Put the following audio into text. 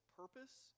purpose